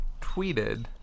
tweeted